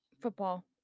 football